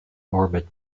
orbit